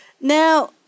Now